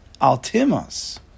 Al-Timas